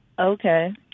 Okay